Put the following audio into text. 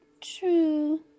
true